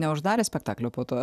neuždarė spektaklio po to